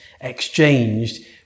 exchanged